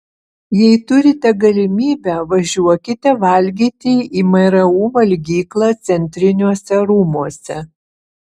jei turite galimybę važiuokite valgyti į mru valgyklą centriniuose rūmuose